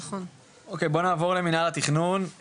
אוקי, בואו נעבור למינהל התכנון,